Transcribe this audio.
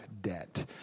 debt